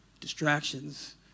Distractions